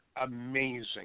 Amazing